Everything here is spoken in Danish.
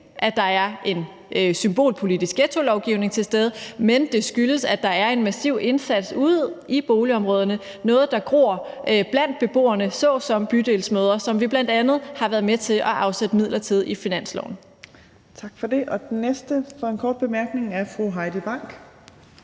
at der er en symbolpolitisk ghettolovgivning til stede. Det skyldes, at der er en massiv indsats ude i boligområderne – noget, der gror blandt beboerne, såsom bydelsmødre, som vi bl.a. har været med til at afsætte midler til i finansloven.